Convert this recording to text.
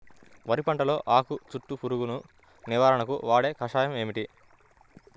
వరి పంటలో ఆకు చుట్టూ పురుగును నివారణకు వాడే కషాయం ఏమిటి?